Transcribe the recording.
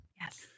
Yes